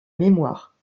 mémoire